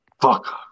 Fuck